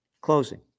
closing